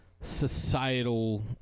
societal